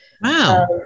Wow